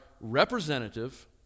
representative